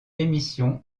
émission